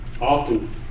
Often